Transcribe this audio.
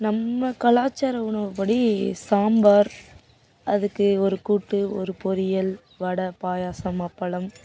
நம்ம கலாச்சார உணவு படி சாம்பார் அதுக்கு ஒரு கூட்டு ஒரு பொரியல் வடை பாயாசம் அப்பளம்